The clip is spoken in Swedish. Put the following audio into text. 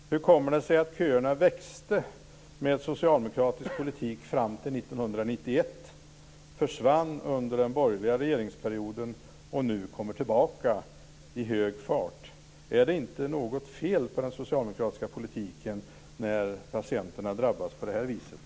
Hur kommer det sig att köerna växte med en socialdemokratisk politik fram till år 1991, försvann under den borgerliga regeringsperioden och nu kommer tillbaka i hög fart? Är det inte något fel på den socialdemokratiska politiken när patienterna drabbas på det här viset?